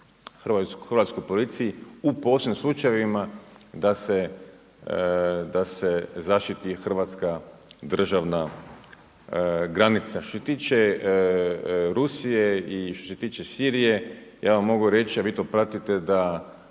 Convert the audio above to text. hrvatskoj policiji u posebnim slučajevima da se zaštititi hrvatska državna granica. Što se tiče Rusije i što se tiče Sirije ja vam mogu reći, a vi to pratite da